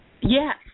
Yes